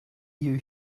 you